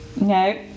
No